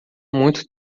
muito